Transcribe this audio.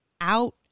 out